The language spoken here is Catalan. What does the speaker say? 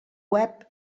web